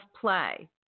play